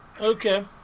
Okay